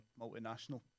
multinational